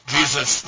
Jesus